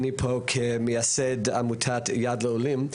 אני פה כמייסד עמותת יד לעולים,